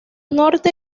norte